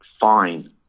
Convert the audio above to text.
fine